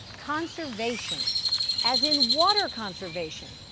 conservation as in water conservation.